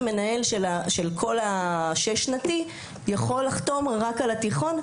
מנהל של כל השש שנתי יכול לחתום רק על התיכון,